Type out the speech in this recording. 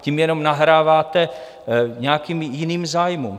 Tím jenom nahráváte nějakým jiným zájmům.